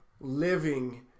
living